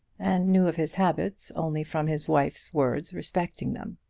and knew of his habits only from his wife's words respecting them.